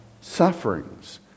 sufferings